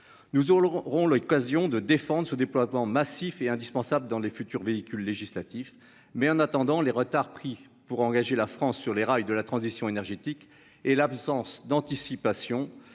nous Loïc occasion de défendre ce déploiement massif est indispensable dans les futurs véhicules législatif mais en attendant, les retards pris pour engager la France sur les rails de la transition énergétique et l'absence d'anticipation